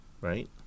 Right